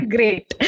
Great